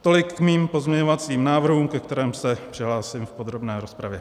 Tolik k mým pozměňovacím návrhům, ke kterým se přihlásím v podrobné rozpravě.